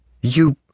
You-